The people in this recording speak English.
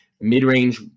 mid-range